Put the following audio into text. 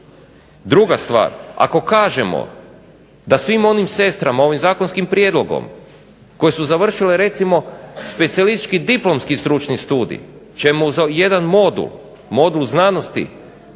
Druga stvar, ako kažemo da svim onim sestrama ovim zakonskim prijedlogom koje su završile recimo specijalistički diplomski stručni studij ćemo jedan modul, modul znanosti